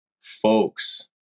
folks